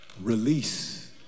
Release